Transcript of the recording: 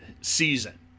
season